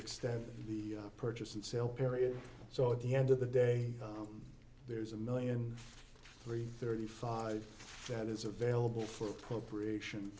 extend the purchase and sale period so at the end of the day there's a million three thirty five that is available for appropriation